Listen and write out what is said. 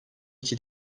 iki